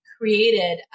created